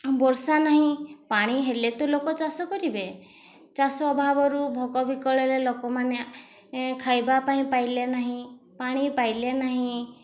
ବର୍ଷା ନାହିଁ ପାଣି ହେଲେ ତ ଲୋକ ଚାଷ କରିବେ ଚାଷ ଅଭାବରୁ ଭୋଗ ବିକଳରେ ଲୋକମାନେ ଖାଇବା ପାଇଁ ପାଇଲେ ନାହିଁ ପାଣି ପାଇଲେ ନାହିଁ